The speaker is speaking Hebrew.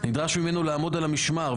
"נדרש ממנו לעמוד על המשמר,